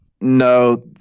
No